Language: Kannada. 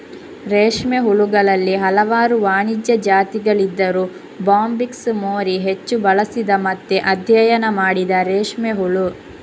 ರೇಷ್ಮೆ ಹುಳುಗಳಲ್ಲಿ ಹಲವಾರು ವಾಣಿಜ್ಯ ಜಾತಿಗಳಿದ್ದರೂ ಬಾಂಬಿಕ್ಸ್ ಮೋರಿ ಹೆಚ್ಚು ಬಳಸಿದ ಮತ್ತೆ ಅಧ್ಯಯನ ಮಾಡಿದ ರೇಷ್ಮೆ ಹುಳು